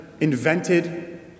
invented